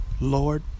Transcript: Lord